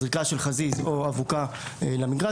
זריקה של חזיז או אבוקה למגרש,